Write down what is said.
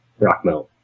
Rockmelt